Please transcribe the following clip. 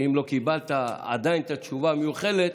אם לא קיבלת עדיין את התשובה המיוחלת,